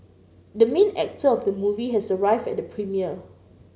the main actor of the movie has arrived at the premiere